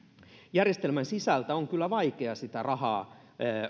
järjestelmän sisältä on kyllä vaikea sitä rahaa